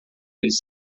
eles